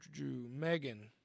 Megan